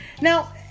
Now